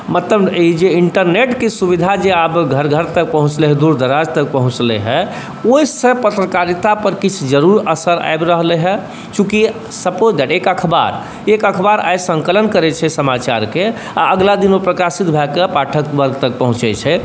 मतलब ई जे इन्टरनेटके सुविधा जे आब घर घर तक पहुँचलै हइ दूर दराज तक पहुँचलै हइ ओहि से पत्रकारिता पर किछ जरूर असर आइब रहलै हइ चूँकि सपोज डैट एक अखबार एक अखबार आइ संकलन करै छै समाचारके आ अगला दिन ओ प्रकाशित भएके पाठक वर्ग तक पहुँचै छै